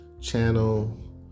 channel